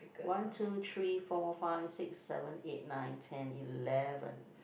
one two three four five six seven eight nine ten eleven